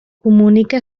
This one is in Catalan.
comunica